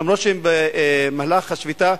אף-על-פי שהם במהלך שביתה,